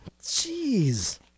Jeez